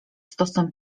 stosem